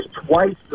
twice